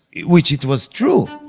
which it was true